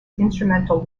instrumental